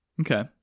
Okay